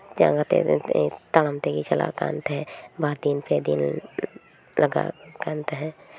ᱡᱟᱦᱟᱸ ᱛᱮᱜᱮ ᱛᱟᱲᱟᱢ ᱛᱮᱜᱮᱭ ᱪᱟᱞᱟᱜ ᱠᱟᱱ ᱛᱟᱦᱮᱸᱜ ᱵᱟᱨ ᱫᱤᱱ ᱯᱮ ᱫᱤᱱ ᱞᱟᱜᱟᱜ ᱠᱟᱱ ᱛᱟᱦᱮᱸᱜ